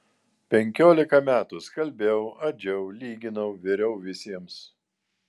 penkiolika metų skalbiau adžiau lyginau viriau visiems